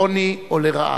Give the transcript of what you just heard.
לעוני או לרעב.